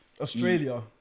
Australia